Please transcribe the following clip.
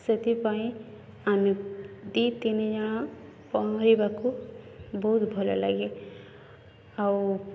ସେଥିପାଇଁ ଆମେ ଦୁଇ ତିନିଜଣ ପହଁରିବାକୁ ବହୁତ ଭଲ ଲାଗେ ଆଉ